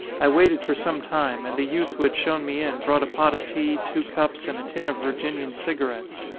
i waited for some time and the youth who had shown me in brought a pot of tea, two cups, and a tin of virginian cigarettes.